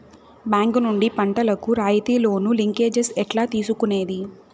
Bank నుండి పంటలు కు రాయితీ లోను, లింకేజస్ ఎట్లా తీసుకొనేది?